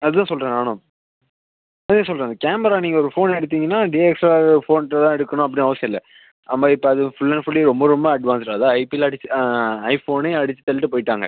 அதான் சொல்கிறேன் நானும் அதேதான் சொல்கிறேன் கேமரா நீங்கள் ஒரு ஃபோனில் எடுத்தீங்கன்னா டிஎஸ்ஆர் ஃபோன்ட்டு தான் எடுக்கணும் அப்படின்னு அவசியம் இல்லை அதுமாதிரி இப்போ அது ஃபுல் அண்ட் ஃபுல்லி ரொம்ப ரொம்ப அட்வான்ஸ்டாக அதான் ஐபில் அடித்து ஐஃபோனே அடித்து தள்ளிவிட்டு போய்ட்டாங்க